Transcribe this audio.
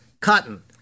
Cotton